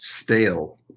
Stale